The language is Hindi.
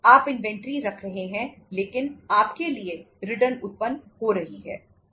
इसलिए आप इन्वेंट्री रख रहे हैं लेकिन आपके लिए रिटर्न उत्पन्न हो रही है